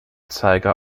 zeiger